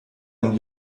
einen